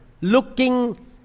looking